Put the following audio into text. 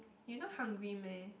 you not hungry meh